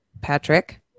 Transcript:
Patrick